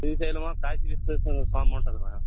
శ్రీశైలము కాశీ విశ్వేశ్వర స్వాముంటుంది మ్యాడమ్